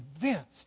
convinced